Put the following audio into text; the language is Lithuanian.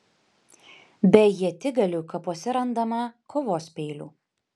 be ietigalių kapuose randama kovos peilių